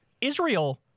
Israel